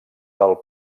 del